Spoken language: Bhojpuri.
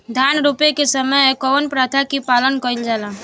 धान रोपे के समय कउन प्रथा की पालन कइल जाला?